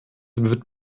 wird